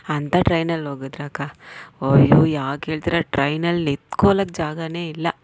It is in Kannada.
ಅಂತ ಟ್ರೈನಲ್ಲೋಗಿದ್ರಕ್ಕ ಅಯ್ಯೋ ಯಾಕೆ ಕೇಳ್ತೀರ ಟ್ರೈನಲ್ಲಿ ನಿಂತ್ಕೊಳ್ಳೋಕೆ ಜಾಗವೇ ಇಲ್ಲ